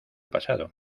pasado